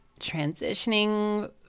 transitioning